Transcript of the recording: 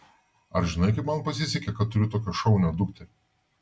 ar žinai kaip man pasisekė kad turiu tokią šaunią dukterį